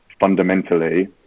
fundamentally